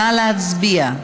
נא להצביע.